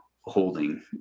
holding